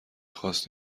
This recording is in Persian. خواست